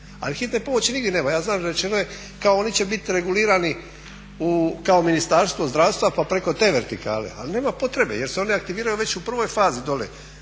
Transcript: Ali hitne pomoći nigdje nema. Ja znam, rečeno je kao oni će bit regulirani kao Ministarstvo zdravstva pa preko te vertikale, ali nema potrebe jer se one aktiviraju već u prvoj fazi dole,